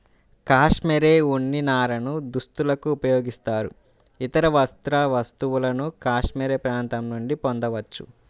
cashmere ఉన్ని నారను దుస్తులకు ఉపయోగిస్తారు, ఇతర వస్త్ర వస్తువులను కాష్మెరె ప్రాంతం నుండి పొందవచ్చు